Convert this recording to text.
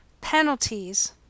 penalties